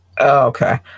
Okay